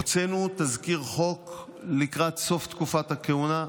הוצאנו תזכיר חוק לקראת סוף תקופת הכהונה.